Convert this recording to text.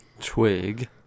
Twig